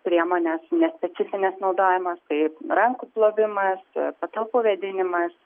priemonės nespecifinės naudojamos kaip rankų plovimas patalpų vėdinimas